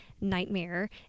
nightmare